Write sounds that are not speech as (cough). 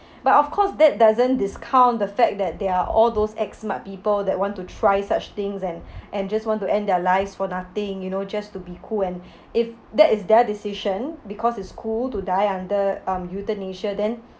but of course that doesn't discount the fact that there are all those act smart people that want to try such things and (breath) and just want to end their lives for nothing you know just to be cool and (breath) if that is their decision because it's cool to die under um euthanasia then